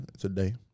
today